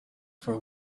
for